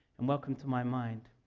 and welcome to my mind.